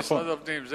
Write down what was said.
או, משרד הפנים.